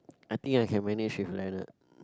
I think I can manage with Leonard